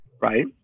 Right